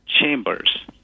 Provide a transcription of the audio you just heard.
chambers